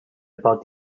about